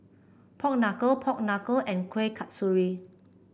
Pork Knuckle Pork Knuckle and Kuih Kasturi